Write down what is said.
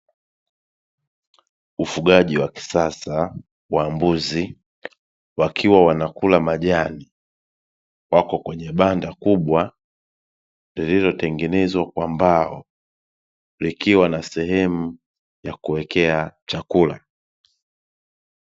Ufugaji wa kisasa wa mbuzi wakiwa wanakula majani, wako kwenye banda kubwa lililotengenezwa kwa mbao, likiwa na sehemu ya kuwekea chakula.